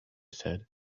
said